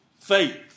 faith